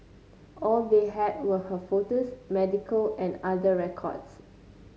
all they had were her photos medical and other records